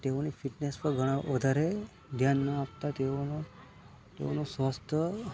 તેઓની ફિટનેસમાં ઘણો વધારે ધ્યાન ન આપતા તેઓનું તેઓનું સ્વાસ્થ્ય